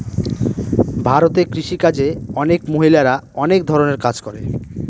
ভারতে কৃষি কাজে অনেক মহিলারা অনেক ধরনের কাজ করে